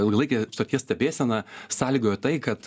ilgalaikė šitokia stebėsena sąlygojo tai kad